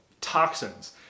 toxins